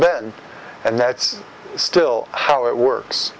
ben and that's still how it works